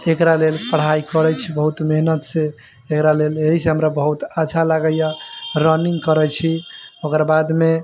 तऽ एकरा लेल पढ़ाइ करै छी बहुत मेहनत से एकरा लेल एहिसे हमरा बहुत अच्छा लागैया रनिंग करै छी ओकर बाद मे